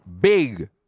Big